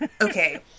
okay